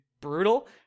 brutal